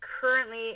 currently